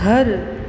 घर